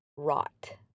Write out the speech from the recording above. rot